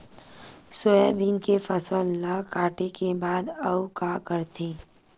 Soybean के फसल ल काटे के बाद आऊ का करथे?